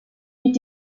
mit